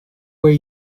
way